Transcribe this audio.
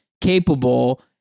capable